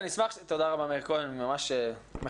תודה רבה, מאיר כהן, אני ממש מחזק.